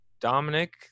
Dominic